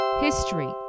history